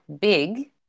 big